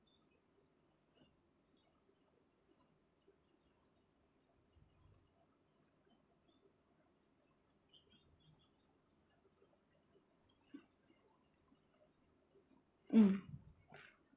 mm